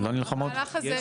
לא נלחמות,